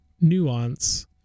nuance